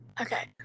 okay